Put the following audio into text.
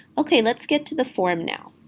okay, let's get to the form now.